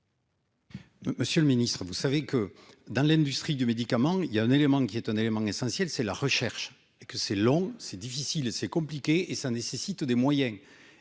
Monsieur le Ministre, vous savez que dans l'industrie du médicament il y a un élément qui est un élément essentiel, c'est la recherche et que c'est long, c'est difficile, c'est compliqué et ça nécessite des moyens